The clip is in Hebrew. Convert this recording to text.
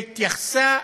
שהתייחסה